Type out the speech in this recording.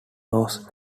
was